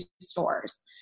stores